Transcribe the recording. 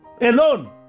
Alone